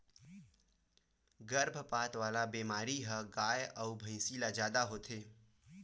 गरभपात वाला बेमारी ह गाय अउ भइसी ल जादा होथे